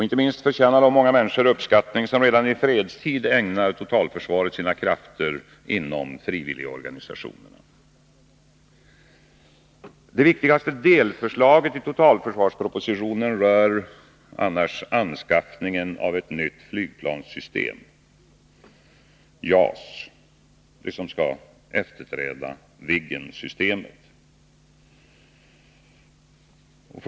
Inte minst förtjänar de många människor uppskattning som redan i fredstid ägnar totalförsvaret sina krafter inom frivilligorganisationerna. Det viktigaste delförslaget i totalförsvarspropositionen rör annars anskaffningen av ett nytt flygplanssystem, JAS, som efterträdare till Viggensystemet.